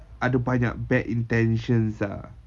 ada banyak bad intentions ah